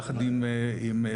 יחד עם כל